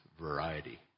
variety